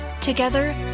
Together